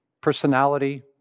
personality